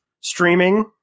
Streaming